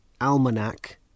Almanac